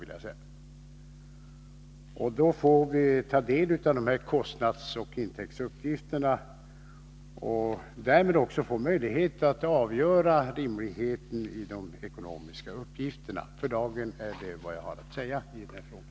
Om järnvägstrafik När vi får den, kan vi ta del av kostnadsoch intäktsuppgifterna, och därmed — kontra landsvägsfår vi också möjlighet att avgöra rimligheten i de ekonomiska uppgiftertrafik För dagen är detta vad jag har att säga i det här ärendet.